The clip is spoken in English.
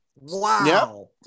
Wow